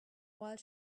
while